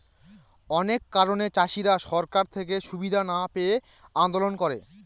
অনেক কারণে চাষীরা সরকার থেকে সুবিধা না পেয়ে আন্দোলন করে